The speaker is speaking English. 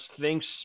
thinks